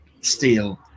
steel